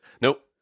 Nope